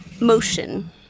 motion